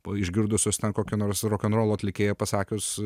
po išgirdusios kokio nors rokenrolo atlikėjo pasakius